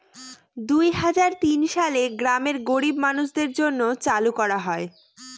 দুই হাজার তিন সালে গ্রামের গরীব মানুষদের জন্য চালু করা হয়